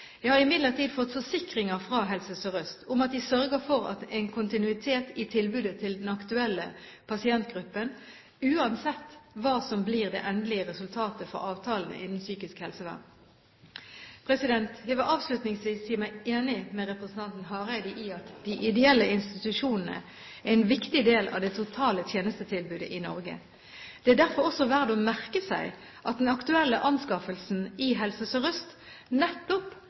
Jeg har imidlertid fått forsikringer fra Helse Sør-Øst om at de sørger for en kontinuitet i tilbudet til den aktuelle pasientgruppen, uansett hva som blir det endelige resultatet for avtalene innenfor psykisk helsevern. Jeg vil avslutningsvis si meg enig med representanten Hareide i at de ideelle institusjonene er en viktig del av det totale tjenestetilbudet i Norge. Det er derfor også verdt å merke seg at den aktuelle anskaffelsen i Helse Sør-Øst nettopp